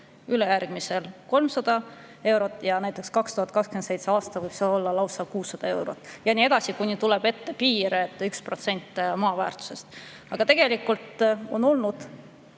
ülejärgmisel 300 eurot ja näiteks 2027. aastal võib-olla lausa 600 eurot. Ja nii edasi, kuni tuleb ette piir 1% maa väärtusest. Aga tegelikult on olnud